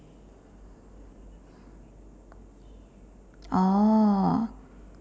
oh